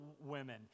women